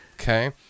Okay